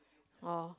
oh